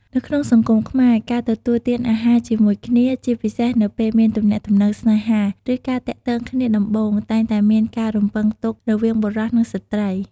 នៅក្នុងសង្គមខ្មែរ ការទទួលទានអាហារជាមួយគ្នា ជាពិសេសនៅពេលមានទំនាក់ទំនងស្នេហា ឬការទាក់ទងគ្នាដំបូង តែងតែមានការរំពឹងទុករវាងបុរស និងស្ត្រី។